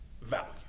value